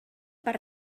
per